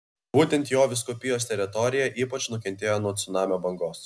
būtent jo vyskupijos teritorija ypač nukentėjo nuo cunamio bangos